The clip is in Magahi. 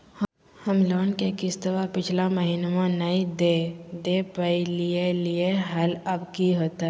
हम लोन के किस्तवा पिछला महिनवा नई दे दे पई लिए लिए हल, अब की होतई?